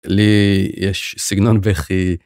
לי יש סגנון בכי.